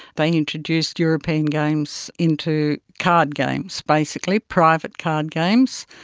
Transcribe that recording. they introduced european games into, card games basically, private card games.